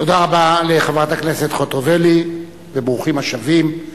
תודה רבה לחברת הכנסת חוטובלי, וברוכים השבים.